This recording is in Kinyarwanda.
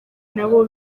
nabo